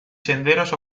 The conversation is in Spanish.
senderos